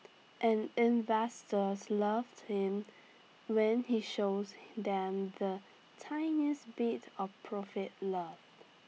and investors loved him when he shows them the tiniest bit of profit love